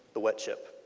the web chip.